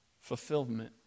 fulfillment